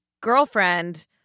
girlfriend